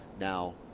Now